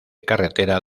carretera